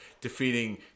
defeating